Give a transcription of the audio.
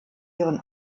ihren